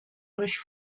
durch